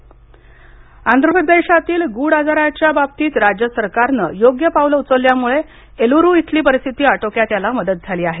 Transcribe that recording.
आंध्रप्रदेश आजार आंध्रप्रदेशातील गूढ आजाराच्या बाबतीत राज्य सरकारनं योग्य पावलं उचलल्यामुळे एलुरु इथली परिस्थिती आटोक्यात यायला मदत झाली आहे